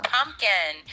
Pumpkin